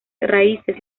raíces